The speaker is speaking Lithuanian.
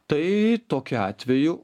tai tokiu atveju